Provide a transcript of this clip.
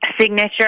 signature